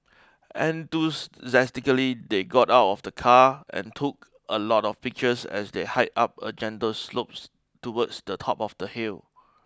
enthusiastically they got out of the car and took a lot of pictures as they hiked up a gentle slopes towards the top of the hill